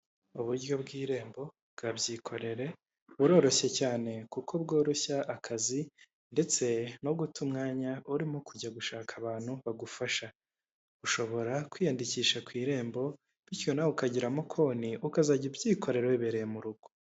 Uburyo bw'irembo bwa byikorere buroroshye cyane kuko bworoshya akazi ndetse no guta umwanya urimo kujya gushaka abantu bagufasha ushobora kwiyandikisha ku irembo bityo nawe ukagiramo konti ukazajya ubyikorera wibereye mu rugo.